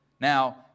Now